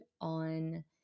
on